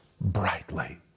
brightly